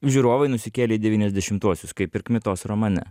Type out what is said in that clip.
žiūrovai nusikėlė į devyniasdešimtuosius kaip ir kmitos romane